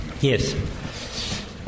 Yes